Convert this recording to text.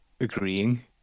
agreeing